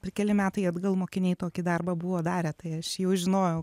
ir keli metai atgal mokiniai tokį darbą buvo darę tai aš jau žinojau